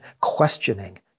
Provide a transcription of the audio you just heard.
questioning